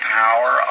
power